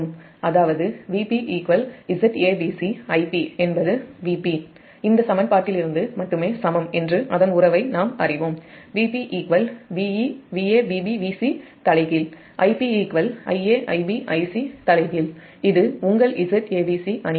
அதாவது Vp Zabc Ip என்பது Vp இந்த சமன்பாட்டிலிருந்து மட்டுமே சமம் என்று அதன் உறவை நாம் அறிவோம் Vp VaVbVcT Ip IaIbIc T இது உங்கள் Zabc அணி